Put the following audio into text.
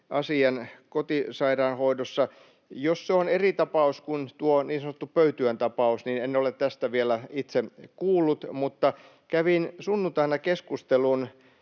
asian kotisairaanhoidossa. Jos se on eri tapaus kuin tuo niin sanottu Pöytyän tapaus, niin en ole tästä vielä itse kuullut, mutta kävin sunnuntaina keskustelun